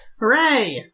Hooray